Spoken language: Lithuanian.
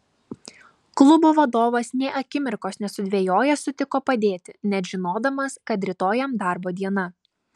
klubo vadovas nė akimirkos nesudvejojęs sutiko padėti net žinodamas kad rytoj jam darbo diena